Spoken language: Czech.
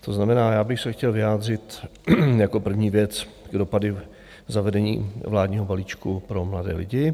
To znamená, já bych se chtěl vyjádřit jako první věc ty dopady zavedení vládního balíčku pro mladé lidi.